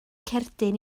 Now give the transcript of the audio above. cerdyn